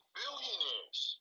billionaires